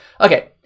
Okay